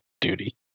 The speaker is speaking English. duty